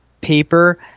paper